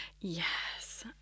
yes